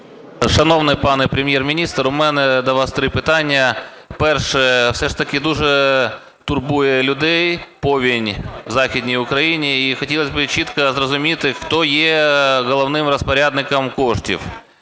Шановний пане Прем'єр-міністр, у мене до вас три питання. Перше. Все ж таки дуже турбує людей повінь в Західній Україні, і хотілося б чітко зрозуміти, хто є головним розпорядником коштів